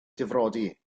difrodi